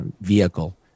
vehicle